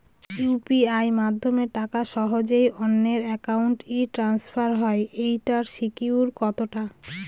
UPI মাধ্যমে টাকা সহজেই অন্যের অ্যাকাউন্ট ই ট্রান্সফার হয় এইটার সিকিউর কত টা?